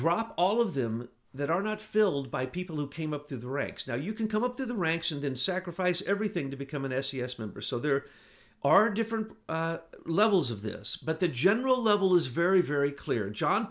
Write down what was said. drop all of them that are not filled by people who came up through the ranks now you can come up through the ranks and then sacrifice everything to become an s d s member so there are different levels of this but the general level is very very clear and john